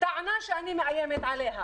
טענה שאני מאיימת עליה.